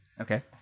Okay